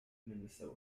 minnesota